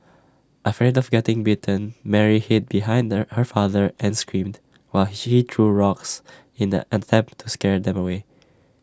afraid of getting bitten Mary hid behind the her father and screamed while she he threw rocks in an attempt to scare them away